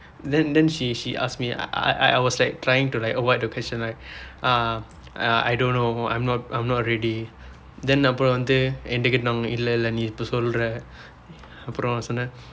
then then she she ask me I I was like trying to like avoid the question like uh uh I don't know I'm not I'm not ready then அப்புறம் வந்து என்னிடம் கேட்டார் இல்லை இல்லை நீ இப்போது சொல்கிறாய் அப்புறம் சொன்னேன்:appuram vandthu ennidam keetdaar illai illai nii ippoothu solukirai appuram sonneen